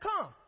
come